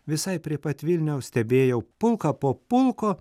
visai prie pat vilniaus stebėjau pulką po pulko